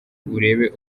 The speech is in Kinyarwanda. urebe